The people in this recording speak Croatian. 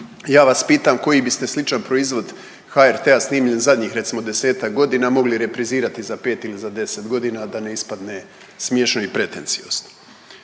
Ja vas pitam koji biste sličan proizvod HRT-a snimljen zadnjih, recimo, desetak godina mogli reprizirati za 5 ili za 10 godina, a da ne ispadne smiješno i pretenciozno.